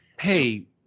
hey